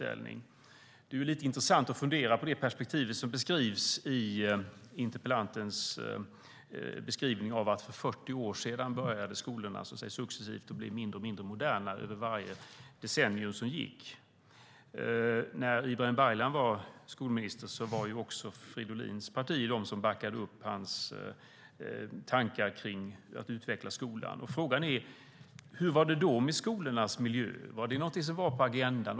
Det är intressant att fundera över perspektivet i interpellantens beskrivning av att skolorna för 40 år sedan började bli mindre och mindre moderna för varje decennium som gick. När Ibrahim Baylan var skolminister backade Fridolins parti upp hans tankar om utveckling av skolan. Stod skolmiljön på agendan då?